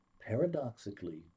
Paradoxically